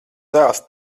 dēls